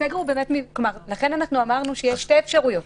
לכן אמרנו שיש שתי אפשרויות,